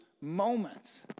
moments